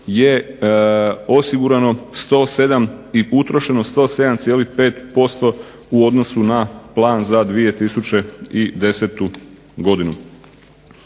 je osigurano 107 i utrošeno 107,5% u odnosu na plan za 2010. godinu.